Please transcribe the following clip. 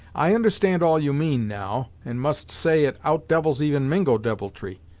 i understand all you mean, now, and must say it out-devils even mingo deviltry!